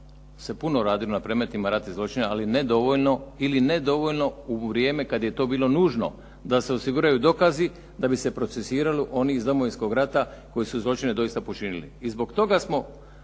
se puno radilo na predmetima ratnih zločina ali ne dovoljno ili ne dovoljno u vrijeme kad je to bilo nužno da se osiguraju dokazi da bi se procesuiralo one iz Domovinskog rata koji su zločine doista počinili.